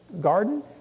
garden